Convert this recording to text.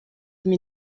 mir